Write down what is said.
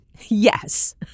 Yes